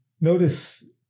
notice